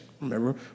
Remember